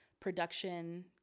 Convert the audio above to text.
production